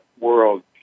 world